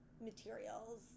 materials